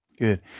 Good